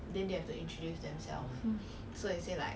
oh my god what the hell